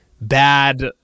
bad